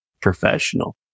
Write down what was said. professional